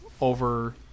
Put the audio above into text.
over